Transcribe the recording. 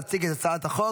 להציג את הצעת החוק